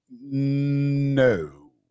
No